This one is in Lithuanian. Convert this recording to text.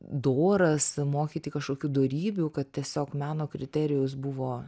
doras mokyti kažkokių dorybių kad tiesiog meno kriterijus buvo